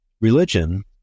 Religion